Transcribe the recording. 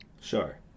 sure